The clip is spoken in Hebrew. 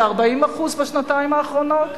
ב-40% בשנתיים האחרונות,